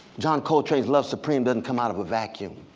john coltrane's love supreme doesn't come out of a vacuum.